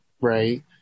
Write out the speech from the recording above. right